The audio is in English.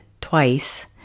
twice